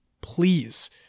please